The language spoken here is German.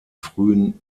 frühen